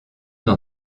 d’en